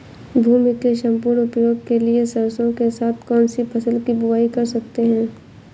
भूमि के सम्पूर्ण उपयोग के लिए सरसो के साथ कौन सी फसल की बुआई कर सकते हैं?